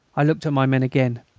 i looked at my men again.